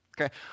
Okay